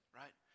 right